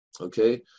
okay